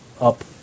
up